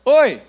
oi